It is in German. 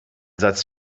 satz